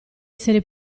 essere